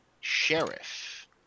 sheriff